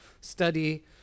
study